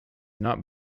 not